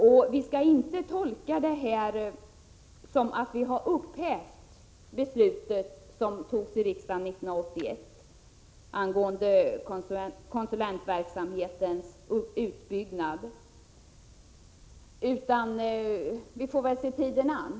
Man får inte tolka utskottets ställningstagande som att vi vill upphäva det beslut riksdagen fattade 1981 angående konsulentverksamhetens utbyggnad, utan vi får väl se tiden an.